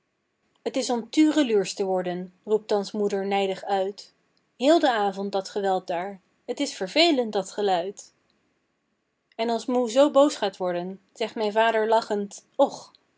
is om tureluursch te worden roept thans moeder nijdig uit heel den avond dat geweld daar t is vervelend dat geluid en als moe zoo boos gaat worden zegt mijn vader lachend och